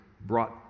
brought